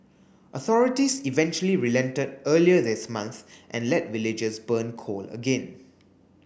authorities eventually relented earlier this month and let villagers burn coal again